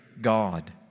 God